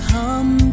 Come